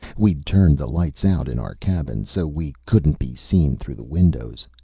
we'd turned the light out in our cabin, so we couldn't be seen through the windows.